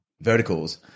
verticals